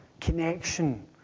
connection